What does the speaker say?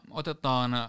otetaan